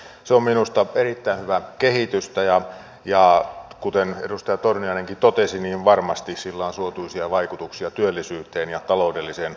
se on minusta erittäin hyvää kehitystä ja kuten edustaja torniainenkin totesi niin varmasti sillä on suotuisia vaikutuksia työllisyyteen ja taloudelliseen aktiviteettiin